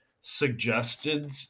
suggested